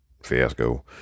fiasco